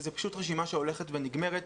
זאת רשימה שהולכת ונגמרת.